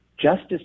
Justice